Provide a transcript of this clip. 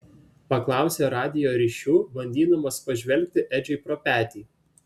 paklausė radijo ryšiu bandydamas pažvelgti edžiui pro petį